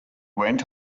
went